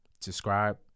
Subscribe